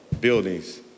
buildings